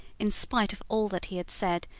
in spite of all that he had said,